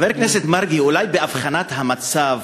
חבר כנסת מרגי, אולי באבחון המצב